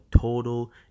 total